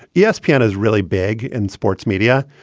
yeah espn and is really big in sports media.